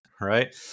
right